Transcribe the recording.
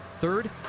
Third